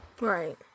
right